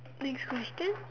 next question